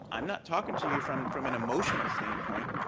i'm not talking to you from from an emotional standpoint.